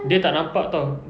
dia tak nampak [tau]